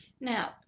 Now